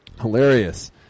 Hilarious